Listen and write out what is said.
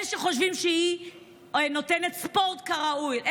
אלה שחושבים שהיא נותנת ספורט ראוי,